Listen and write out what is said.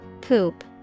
Poop